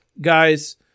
guys